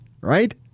Right